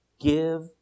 Give